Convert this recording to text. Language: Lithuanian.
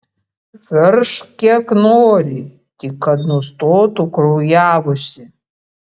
veržk kiek nori tik kad nustotų kraujavusi